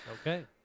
Okay